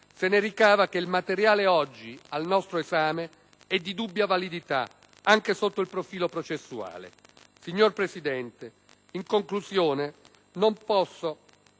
se ne ricava che il materiale oggi al nostro esame è di dubbia validità, anche sotto il profilo processuale. Signor Presidente, in conclusione, non posso